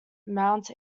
mount